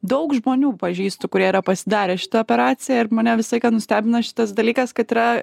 daug žmonių pažįstu kurie yra pasidarę šitą operaciją ir mane visą laiką nustebina šitas dalykas kad yra